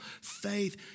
faith